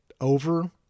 over